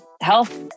health